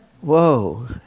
Whoa